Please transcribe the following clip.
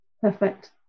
Perfect